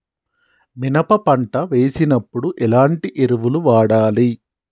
మినప పంట వేసినప్పుడు ఎలాంటి ఎరువులు వాడాలి?